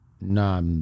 No